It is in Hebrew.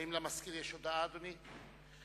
האם למזכיר יש הודעה, אדוני?